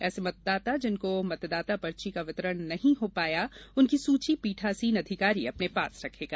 ऐसे मतदाता जिनको मतदाता पर्ची का वितरण नहीं हो पाया उनकी सूची पीठासीन अधिकारी अपने पास रखेगा